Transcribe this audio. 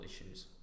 issues